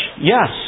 Yes